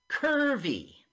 Curvy